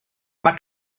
mae